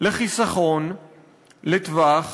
לחיסכון לטווח